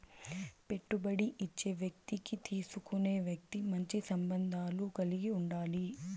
పెట్టుబడి ఇచ్చే వ్యక్తికి తీసుకునే వ్యక్తి మంచి సంబంధాలు కలిగి ఉండాలి